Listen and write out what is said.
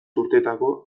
urteetako